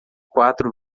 quatro